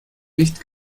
nicht